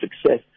success